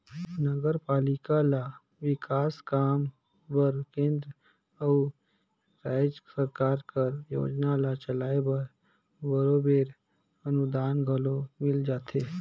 नगरपालिका ल बिकास काम बर केंद्र अउ राएज सरकार कर योजना ल चलाए बर बरोबेर अनुदान घलो मिल जाथे